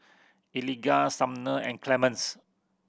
Eligah Sumner and Clemence